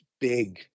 big